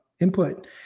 input